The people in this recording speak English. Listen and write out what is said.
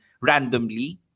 randomly